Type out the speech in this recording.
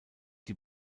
die